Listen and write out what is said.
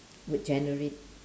would generate